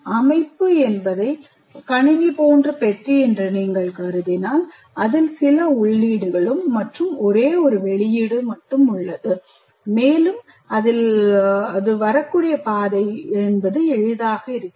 அமைப்பு என்பதை கணினி போன்ற பெட்டி என்று நீங்கள் கருதினால் அதில் சில உள்ளீடுகள் மற்றும் ஒரு வெளியீடு உள்ளது மேலும் அந்த பாதை எளிதானது